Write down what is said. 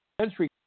entry